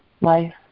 life